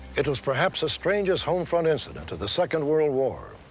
it was, perhaps, a strangest home front incident of the second world war.